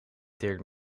dirk